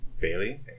Bailey